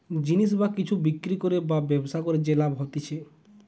জিনিস বা কিছু বিক্রি করে বা ব্যবসা করে যে লাভ হতিছে